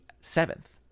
Seventh